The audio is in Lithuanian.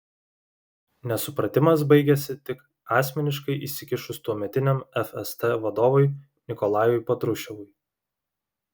nesupratimas baigėsi tik asmeniškai įsikišus tuometiniam fst vadovui nikolajui patruševui